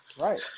Right